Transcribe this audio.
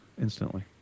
instantly